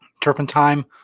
Turpentine